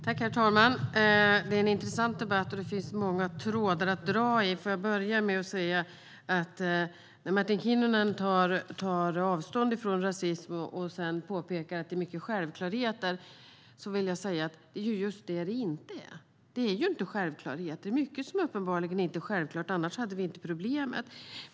Herr talman! Det är en intressant debatt, och det finns många trådar att dra i. När Martin Kinnunen tar avstånd från rasism och sedan påpekar att det är mycket självklarheter vill jag säga att det är just det som det inte är. Det är ju inga självklarheter. Det är mycket som uppenbarligen inte är självklart. Annars hade vi inte haft problemet.